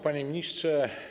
Panie Ministrze!